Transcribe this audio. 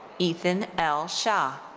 ethan l. hsieh. ah